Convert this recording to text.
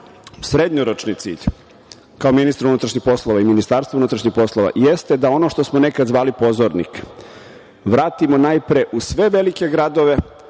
srednjoročni cilj, kao ministra unutrašnjih poslova i Ministarstva unutrašnjih poslova, jeste da ono što smo nekad zvali pozornik vratimo najpre u sve velike gradove,